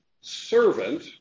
servant